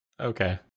Okay